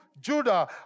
Judah